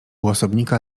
osobnika